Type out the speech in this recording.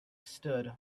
stood